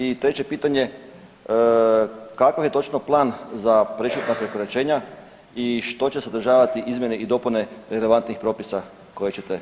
I treće pitanje, kakav je točno plan za prešutna prekoračenja i što će sadržavati izmjene i dopune relevantnih propisa koje ćete predložiti?